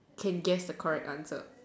can guess the correct answer